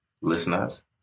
listeners